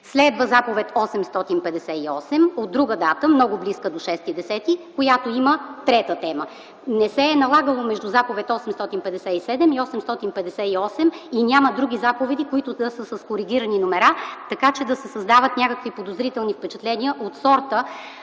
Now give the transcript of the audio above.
Следва заповед № 858 от друга дата, много близка до 6.10., която има трета тема. Не се е налагало между заповед № 857 и 858 да има други заповеди, които да са с коригирани номера, така че да се създават някакви подозрителни впечатления от сорта